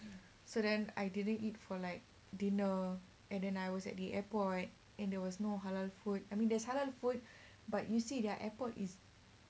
so then I didn't eat for like dinner and then I was at the airport and there was no halal food I mean there's halal food but you see their airport is